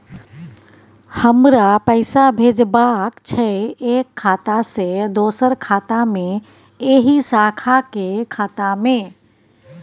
हमरा पैसा भेजबाक छै एक खाता से दोसर खाता मे एहि शाखा के खाता मे?